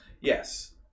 Yes